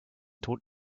tod